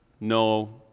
no